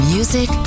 Music